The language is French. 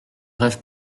rêve